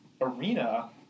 arena